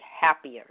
happier